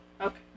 Okay